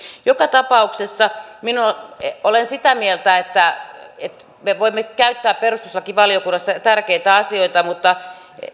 joka tapauksessa olen sitä mieltä että että me voimme käyttää perustuslakivaliokunnassa tärkeitä asioita mutta